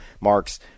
Mark's